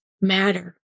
matter